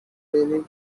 very